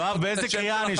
באיזו קריאה אני?